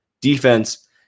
defense